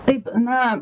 taip na